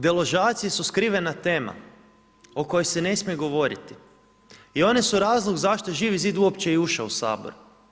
Deložacije su skrivena tema o kojoj se ne smije govoriti i one su razlog zašto Živi zid uopće je i ušao u Sabor.